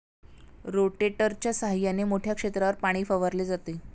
रोटेटरच्या सहाय्याने मोठ्या क्षेत्रावर पाणी फवारले जाते